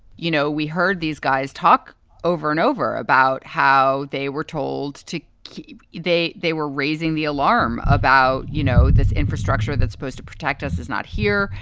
you know, we heard these guys talk over and over about how they were told to keep they they were raising the alarm about, you know, this infrastructure that's supposed to protect us is not here.